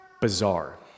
bizarre